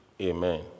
Amen